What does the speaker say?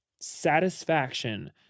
satisfaction